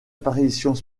apparitions